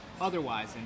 otherwise